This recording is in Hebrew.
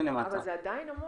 המון.